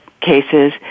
cases